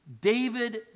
David